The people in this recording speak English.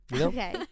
Okay